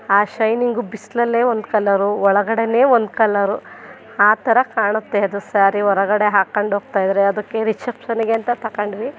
ಆ ಶೈನಿಂಗು ಬಿಸಿಲಲ್ಲೇ ಒಂದು ಕಲ್ಲರು ಒಳಗಡೆಯೇ ಒಂದು ಕಲ್ಲರು ಆ ಥರ ಕಾಣುತ್ತೆ ಅದು ಸ್ಯಾರಿ ಹೊರಗಡೆ ಹಾಕೊಂಡು ಹೋಗ್ತಾಯಿದ್ರೆ ಅದಕ್ಕೆ ರಿಸೆಪ್ಷನ್ಗೆ ಅಂತ ತಗೊಂಡ್ವಿ